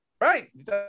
Right